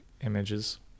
images